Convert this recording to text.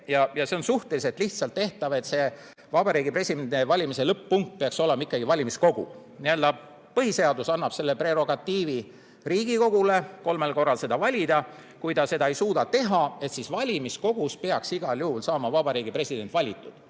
ja see on suhteliselt lihtsalt tehtav, et Vabariigi Presidendi valimiste lõpp-punkt peaks olema ikkagi valimiskogu. Põhiseadus annab prerogatiivi Riigikogule kolmel korral valida. Kui ta seda ei suuda teha, siis valimiskogus peaks igal juhul saama Vabariigi President valitud.